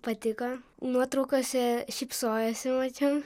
patiko nuotraukose šypsojosi mačiau